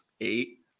eight